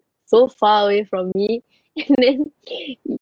so far away from me and then